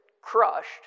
crushed